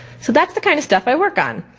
so that's the kind of stuff i work on.